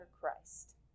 Christ